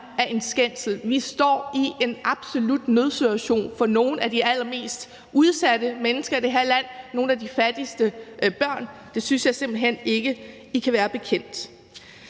er en skændsel. Vi står i en absolut nødsituation, hvad angår nogle af de mest udsatte mennesker i det her land, nogle af de fattigste børn, og det synes jeg simpelt hen ikke vi kan være bekendt.